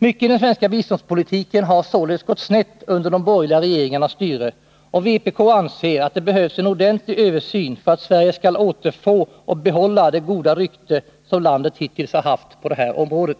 Mycket i den svenska biståndspolitiken har således gått snett under de borgerliga regeringarnas styre. Vpk anser att det behövs en ordentlig översyn för att Sverige skall återfå och kunna behålla det goda rykte som landet hittills har haft på det här området.